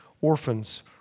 orphans